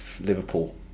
Liverpool